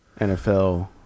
nfl